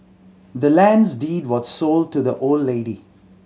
the land's deed was sold to the old lady